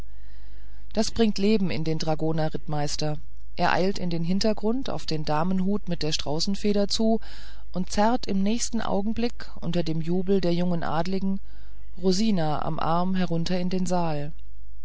das bringt leben in den dragonerrittmeister er eilt in den hintergrund auf den damenhut mit der straußenfeder zu und zerrt im nächsten augenblick unter dem jubel der jungen adligen rosina am arm herunter in den saal